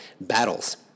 battles